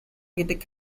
гэдэг